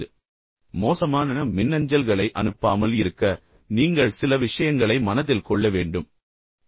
எனவே மோசமான மின்னஞ்சல்களை அனுப்பாமல் இருக்க நீங்கள் சில விஷயங்களை மனதில் கொள்ள வேண்டும் என்று நான் சொன்னேன்